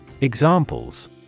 Examples